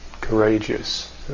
courageous